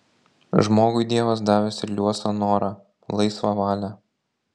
žmogui dievas davęs ir liuosą norą laisvą valią